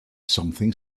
something